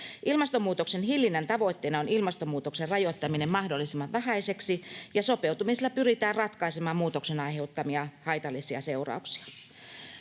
Ilmastonmuutoksen hillinnän tavoitteena on ilmastonmuutoksen rajoittaminen mahdollisimman vähäiseksi, ja sopeutumisella pyritään ratkaisemaan muutoksen aiheuttamia haitallisia seurauksia.